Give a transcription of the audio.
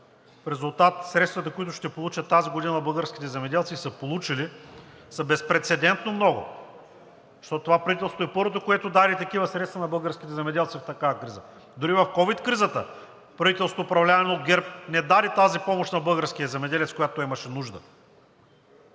В резултат средствата, които ще получат тази година българските земеделци и са получили, са безпрецедентно много, защото това правителство е първото, което даде такива средства на българските земеделци в такава криза. Дори в ковид кризата правителството, управлявано от ГЕРБ, не даде тази помощ на българския земеделец, когато той имаше нужда.